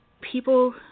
People